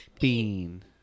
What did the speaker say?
Bean